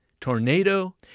tornado